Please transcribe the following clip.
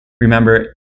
remember